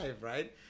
right